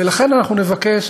ולכן אנחנו נבקש,